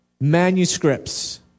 manuscripts